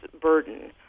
burden